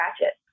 ratchet